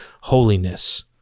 holiness